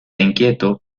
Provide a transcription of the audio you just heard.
inquieto